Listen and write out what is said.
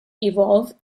evolve